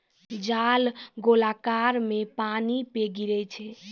जाल गोलाकार मे पानी पे गिरै छै